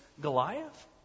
Goliath